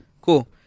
cool